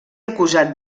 acusat